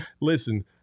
listen